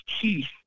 teeth